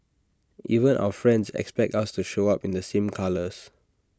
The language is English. even our friends expect us to show up in the same colours